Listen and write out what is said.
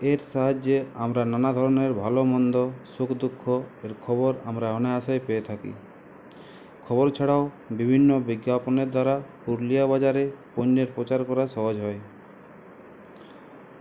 এর সাহায্যে আমরা নানা ধরনের ভালো মন্দ সুখ দুঃখ এর খবর আমরা অনায়াসেই পেয়ে থাকি খবর ছাড়াও বিভিন্ন বিজ্ঞাপনের দ্বারা পুরুলিয়া বাজারে পণ্যের প্রচার করা সহজ হয়